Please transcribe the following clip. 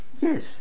Yes